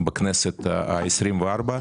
בכנסת ה-24.